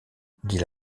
dit